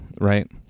right